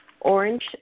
Orange